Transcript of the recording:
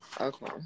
Okay